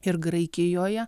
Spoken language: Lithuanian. ir graikijoje